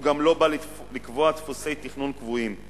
הוא גם לא בא לקבוע דפוסי תכנון קבועים.